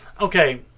Okay